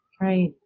Right